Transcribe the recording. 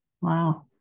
Wow